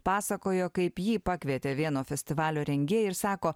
pasakojo kaip jį pakvietė vieno festivalio rengėjai ir sako